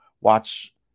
Watch